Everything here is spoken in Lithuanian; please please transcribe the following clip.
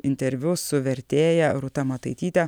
interviu su vertėja rūta mataityte